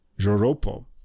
joropo